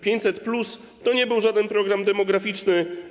500+ to nie był żaden program demograficzny.